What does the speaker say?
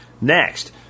Next